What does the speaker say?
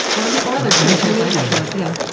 or but or other creatures, i suppose yeah